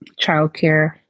childcare